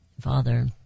Father